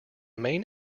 main